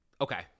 Okay